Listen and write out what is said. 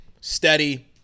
Steady